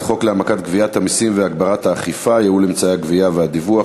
חוק להעמקת גביית המסים והגברת האכיפה (ייעול אמצעי הגבייה ודיווח),